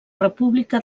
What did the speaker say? república